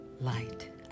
Light